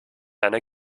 einer